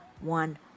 one